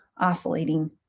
oscillating